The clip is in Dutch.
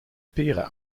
peren